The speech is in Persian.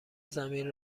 زمین